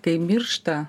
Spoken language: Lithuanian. kai miršta